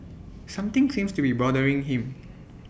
something seems to be bothering him